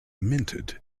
minted